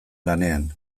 lanean